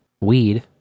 weed